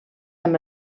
amb